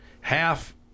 half